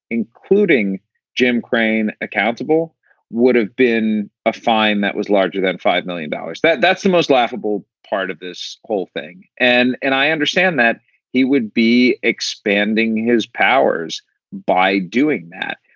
including jim crane, accountable would have been a fine that was larger than five million dollars. that's the most laughable part of this whole thing. and and i understand that he would be expanding his powers by doing that.